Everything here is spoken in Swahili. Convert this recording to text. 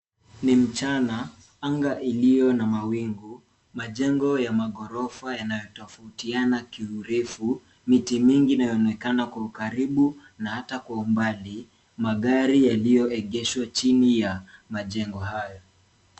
Ni mchana, anga iliyo na mawingu. Majengo ya maghorofa yanayo tofautiana kiurefu. Miti mingi inayoonekana kwa ukaribu na hata kwa umbali. Magari yaliyoegeshwa chini ya majengo hayo.